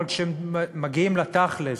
אבל כשמגיעים לתכל'ס,